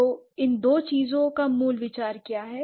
तो इन दो चीजों का मूल विचार क्या है